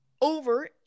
Over